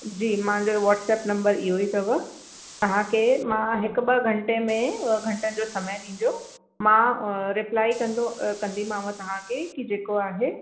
जी मुंहिंजो WhatsApp number इहो ई अथव तव्हां खे मां हिकु ॿ घंटे में घंटनि जो समय ॾिजो मां रिप्लाई कंदो कंदीमांव तव्हांखे की जेको आहे